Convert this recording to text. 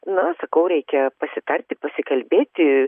na sakau reikia pasitarti pasikalbėti